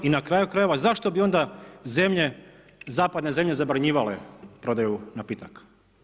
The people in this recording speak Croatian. I na kraju krajeva, zašto bi onda zemlje zapadne zemlje zabranjivale prodaju napitaka.